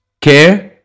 care